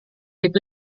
itu